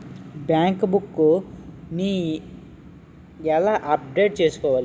Bank book నీ ఎలా update చేసుకోవాలి?